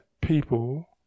people